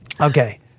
Okay